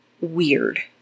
weird